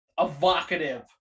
evocative